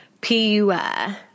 P-U-I